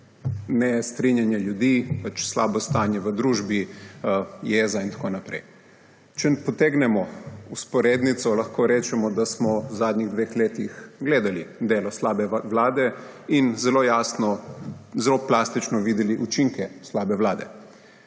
nestrinjanje ljudi, slabo stanje v družbi, jeza in tako naprej. Če potegnemo vzporednico, lahko rečemo, da smo v zadnjih dveh letih gledali delo slabe vlade in zelo jasno, zelo plastično videli učinke slabe vlade.